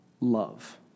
love